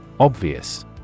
Obvious